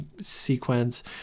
sequence